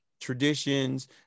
traditions